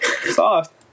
Soft